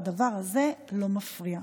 והדבר הזה לא מפריע.